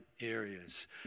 areas